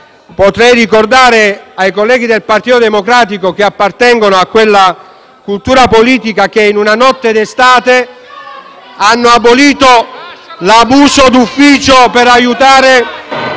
Potrei ricordare ai colleghi del Partito Democratico che appartengono a quella cultura politica che in una notte d'estate ha abolito l'abuso d'ufficio per aiutare